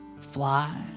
fly